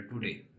today